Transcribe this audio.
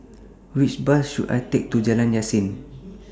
Which Bus should I Take to Jalan Yasin